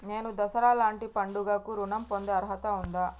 నేను దసరా లాంటి పండుగ కు ఋణం పొందే అర్హత ఉందా?